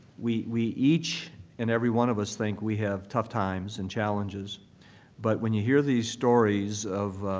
we we each and every one of us think we have tough times and challenges but when you hear these stories of